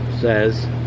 says